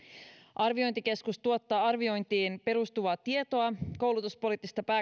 arviointikeskus tuottaa arviointiin perustuvaa tietoa koulutuspoliittista